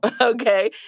Okay